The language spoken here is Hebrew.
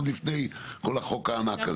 עוד לפני כל החוק הענק הזה.